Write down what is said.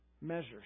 measures